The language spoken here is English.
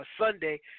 Sunday